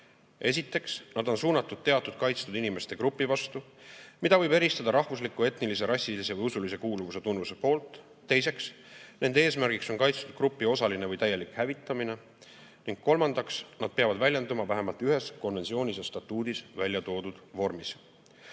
Esiteks, nad on suunatud teatud kaitstud inimeste grupi vastu, mida võib eristada rahvusliku, etnilise, rassilise või usulise kuuluvuse tunnuse kaudu. Teiseks, nende eesmärgiks on kaitstud grupi osaline või täielik hävitamine. Ning kolmandaks, nad peavad väljenduma vähemalt ühes konventsioonis ja statuudis välja toodud vormis. Oluline